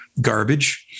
Garbage